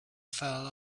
fell